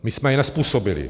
My jsme je nezpůsobili.